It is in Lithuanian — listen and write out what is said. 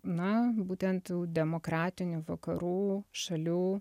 na būtent jau demokratinių vakarų šalių